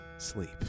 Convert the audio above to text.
Sleep